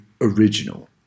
original